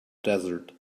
desert